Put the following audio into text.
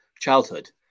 childhood